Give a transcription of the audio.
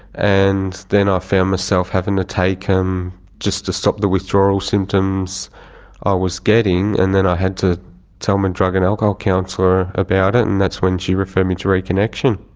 and then i ah found myself having to take them just to stop the withdrawal symptoms i was getting, and then i had to tell my drug and alcohol counsellor about it and that's when she referred me to reconnexion.